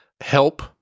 help